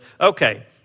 okay